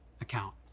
account